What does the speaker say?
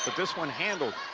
this one handled.